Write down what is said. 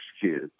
kids